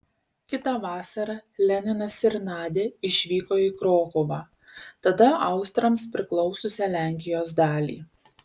kitą vasarą leninas ir nadia išvyko į krokuvą tada austrams priklausiusią lenkijos dalį